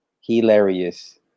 Hilarious